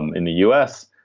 in the u s.